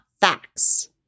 facts